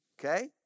okay